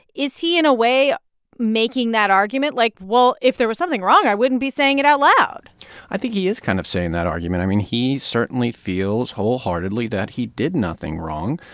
is he in a way making that argument? like, well, if there was something wrong, i wouldn't be saying it out loud i think he is kind of saying that argument. i mean, he certainly feels wholeheartedly that he did nothing wrong,